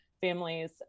families